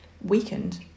weakened